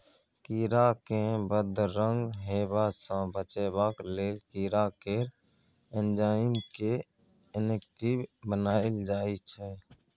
कीरा केँ बदरंग हेबा सँ बचेबाक लेल कीरा केर एंजाइम केँ इनेक्टिब बनाएल जाइ छै